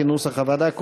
כנוסח הוועדה,